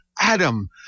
Adam